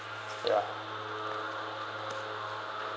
ya